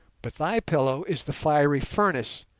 but thy pillow is the fiery furnace,